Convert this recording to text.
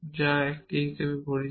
যা একটি হিসাবে পরিচিত